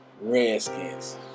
Redskins